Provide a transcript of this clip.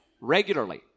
regularly